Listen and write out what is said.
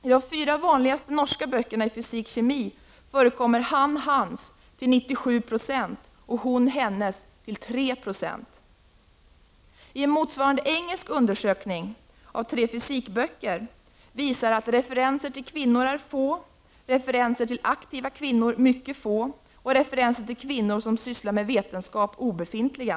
I de fyra vanligaste norska böckerna i fysik och kemi är den relativa frekvensen av han hennes 3 Yo. En motsvarande engelsk undersökning av tre fysikböcker visar att referenser till kvinnor är få, referenser till aktiva kvinnor mycket få och referenser till kvinnor som sysslar med vetenskap obefintliga.